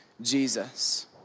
Jesus